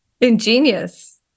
ingenious